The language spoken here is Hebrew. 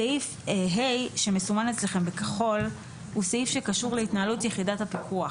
סעיף (ה) שמסומן אצלכם בכחול הוא סעיף שקשור להתנהלות יחידת הפיקוח.